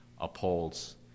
upholds